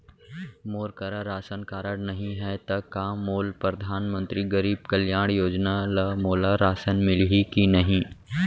मोर करा ration card नहीं है त का मोल परधानमंतरी गरीब कल्याण योजना ल मोला राशन मिलही कि नहीं?